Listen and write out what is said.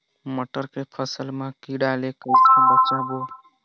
मटर के फसल मा कीड़ा ले कइसे बचाबो?